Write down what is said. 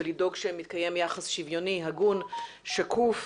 ולדאוג שמתקיים יחס שוויוני, הגון, שקוף,